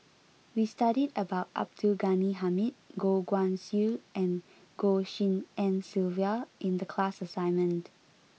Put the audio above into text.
we studied about Abdul Ghani Hamid Goh Guan Siew and Goh Tshin En Sylvia in the class assignment